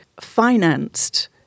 financed